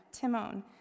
Timon